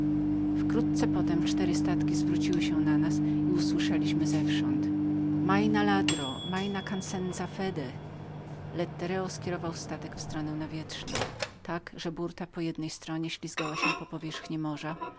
wkrótce potem cztery statki zwróciły się na nas i usłyszeliśmy zewsząd mayna ladro mayna can senzafede lettereo pochylił statek tak że prawy jego brzeg ślizgał się po powierzchni morza